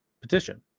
petition